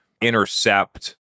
intercept